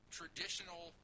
traditional